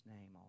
name